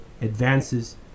advances